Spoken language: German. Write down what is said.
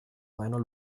reiner